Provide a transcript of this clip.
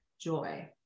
joy